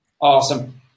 Awesome